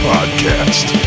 Podcast